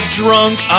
drunk